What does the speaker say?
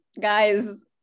guys